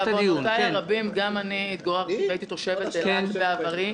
בעוונותיי הרבים גם אני התגוררתי והייתי תושבת אילת בעברי,